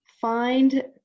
find